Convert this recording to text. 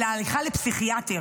אלא הליכה לפסיכיאטר